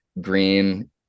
green